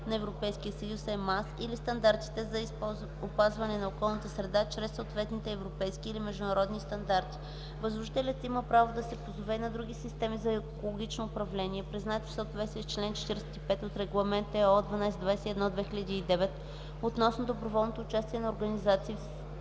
на Европейския съюз (EMAS) или стандартите за опазване на околната среда чрез съответните европейски или международни стандарти. Възложителят има право да се позове и на други системи за екологично управление, признати в съответствие с чл. 45 от Регламент (ЕО) 1221/2009 относно доброволното участие на организации в